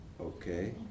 Okay